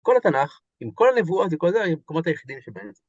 כל התנ״ך, עם כל הנבואות וכל זה, הם מקומות היחידים ש